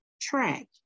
track